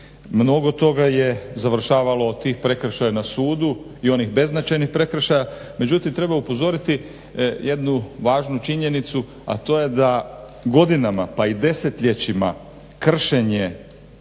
Mnogo toga je završavalo od tih prekršaja na sudu, i onih beznačajnih prekršaja, međutim treba upozoriti jednu važnu činjenicu a to je da godinama, pa i desetljećima kršenje,